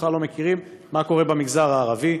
בכלל לא יודעים מה קורה במגזר הערבי.